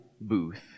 booth